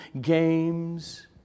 games